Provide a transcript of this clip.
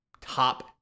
top